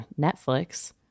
Netflix